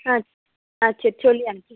ஆ ஆ சரி சொல்லி அனுப்பி